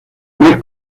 más